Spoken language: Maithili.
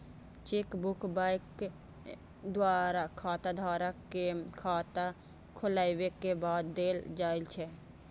चेकबुक बैंक द्वारा खाताधारक कें खाता खोलाबै के बाद देल जाइ छै